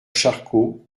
charcot